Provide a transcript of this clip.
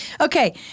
Okay